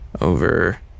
over